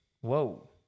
Whoa